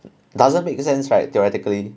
it doesn't make sense right theoretically